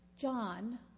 John